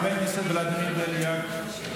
רוצחים, מגיע להם למות.